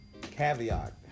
caveat